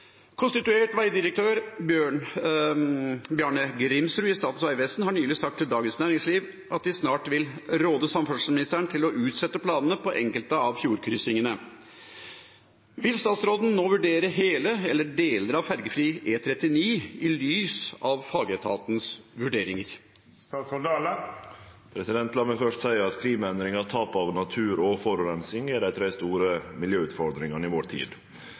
Konstituert vegdirektør Bjørne Grimsrud i Statens vegvesen har nylig sagt til Dagens Næringsliv at de snart vil råde samferdselsministeren til å utsette planene på enkelte av fjordkrysningene. Vil statsråden nå revurdere hele, eller deler av «Ferjefri E39» i lys av fagetatens vurderinger?» La meg først seie at klimaendringar, tap av natur og forureining er dei tre store miljøutfordringane i vår tid.